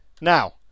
Now